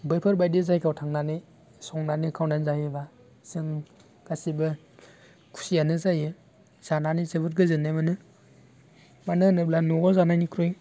बैफोरबायदि जायगायाव थांनानै संनानै खावनानै जायोबा जों गासिबो खुसियानो जायो जानानै जोबोद गोजोन्नाय मोनो मानो होनोब्ला न'वाव जानायनिख्रुइ